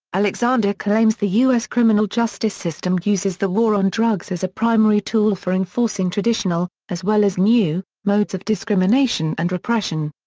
alexander claims the u s. criminal justice system uses the war on drugs as a primary tool for enforcing traditional, as well as new, modes of discrimination and repression.